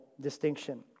distinction